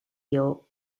rio